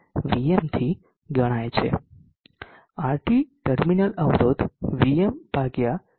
RT terminal અવરોધ VmIm છે